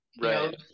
right